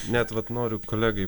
net vat noriu kolegai